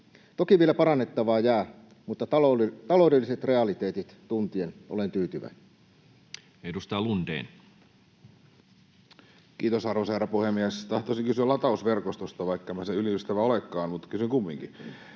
Toki vielä parannettavaa jää, mutta taloudelliset realiteetit tuntien olen tyytyväinen. Edustaja Lundén. Kiitos, arvoisa herra puhemies! Tahtoisin kysyä latausverkostosta, vaikka en sen ylin ystävä olekaan. Kysyn kumminkin: